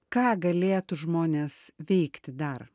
ką galėtų žmonės veikti dar